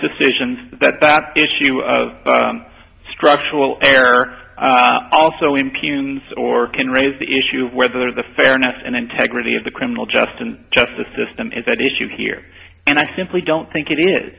decisions that that issue of structural error also impugns or can raise the issue of whether the fairness and integrity of the criminal justice justice system is at issue here and i simply don't think it is